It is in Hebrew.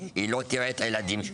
היא לא תראה את הילדים שלה.